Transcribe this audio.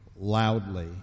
loudly